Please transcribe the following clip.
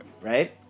Right